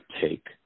take